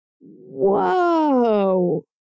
Whoa